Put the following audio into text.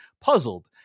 puzzled